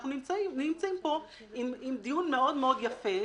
אנחנו נמצאים פה עם דיון מאוד מאוד יפה,